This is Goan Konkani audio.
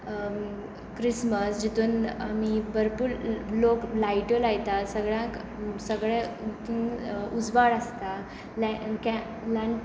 क्रिसमस जितून आमी भरपूर लोक लायट्यो लायतात सगल्याक सगले यितून उजवाड आसता कॅन कँडलान